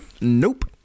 Nope